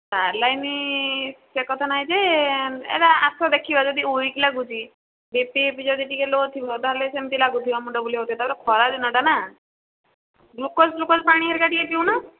saline ସେ କଥା ନାହିଁ ଯେ ଏଟା ଆସ ଦେଖିବା ଯଦି ଉଇକ୍ ଲାଗୁଛି ବି ପି ଫିପି ଯଦି ଟିକିଏ ଲୋ ଥିବ ତା'ହେଲେ ସେମିତି ଲାଗୁଥିବ ମୁଣ୍ଡ ବୁଲାଉଥିବ ତା'ପରେ ଖରା ଦିନଟା ନା ଗ୍ଲୁକୋଜ୍ ଫ୍ଲୁକଜ୍ ପାଣି ହେରିକା ଟିକିଏ ପିଉନ